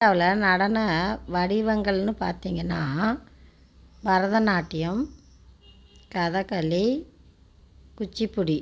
இந்தியாவில் நடன வடிவங்கள்னு பார்த்தீங்கன்னா பரதநாட்டியம் கதகளி குச்சிப்புடி